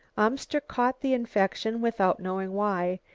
amster caught the infection without knowing why.